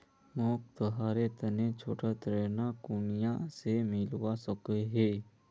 मोक त्योहारेर तने छोटा ऋण कुनियाँ से मिलवा सको हो?